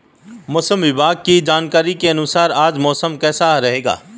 मौसम विभाग की जानकारी के अनुसार आज मौसम कैसा रहेगा?